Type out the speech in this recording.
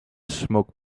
smoke